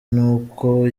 n’uko